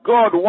God